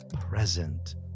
present